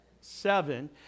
Seven